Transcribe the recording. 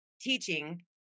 teaching